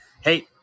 Hey